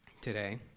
today